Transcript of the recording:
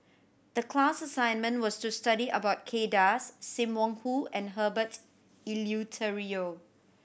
the class assignment was to study about Kay Das Sim Wong Hoo and Herbert Eleuterio